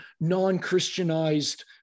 non-Christianized